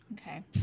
Okay